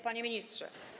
Panie Ministrze!